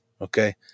Okay